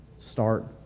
start